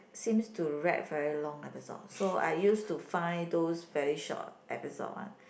seems to drag very long episode so I use to find those very short episode one